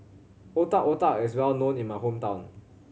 Otak Otak is well known in my hometown